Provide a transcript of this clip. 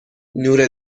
نور